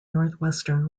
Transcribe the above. northwestern